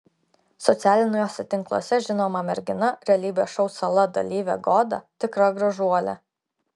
socialiniuose tinkluose žinoma mergina realybės šou sala dalyvė goda tikra gražuolė